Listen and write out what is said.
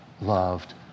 loved